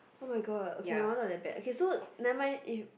oh my god my one not that bad so nevermind if you